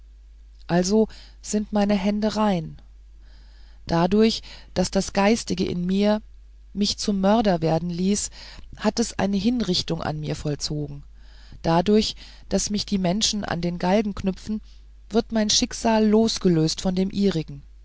also sind meine hände rein dadurch daß das geistige in mir mich zum mörder werden ließ hat es eine hinrichtung an mir vollzogen dadurch daß mich die menschen an den galgen knüpfen wird mein schicksal losgelöst von dem